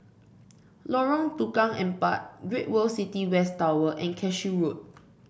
Lorong Tukang Empat Great World City West Tower and Cashew Road